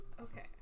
Okay